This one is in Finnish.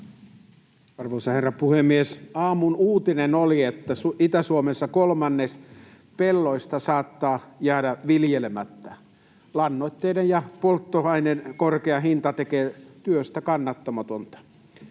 Arvoisa herra puhemies! Aamun uutinen oli, että Itä-Suomessa kolmannes pelloista saattaa jäädä viljelemättä. Lannoitteiden ja polttoaineen korkea hinta tekee työstä kannattamatonta.